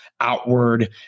outward